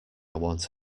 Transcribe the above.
want